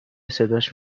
صداش